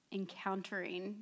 encountering